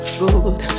good